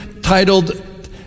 titled